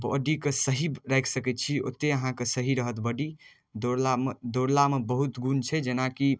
बॉडीके सही राखि सकै छी ओतेक अहाँके सही रहत बॉडी दौड़ला दौड़लामे बहुत गुण छै जेनाकि